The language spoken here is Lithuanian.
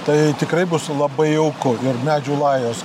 tai tikrai bus labai jauku ir medžių lajos